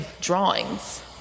drawings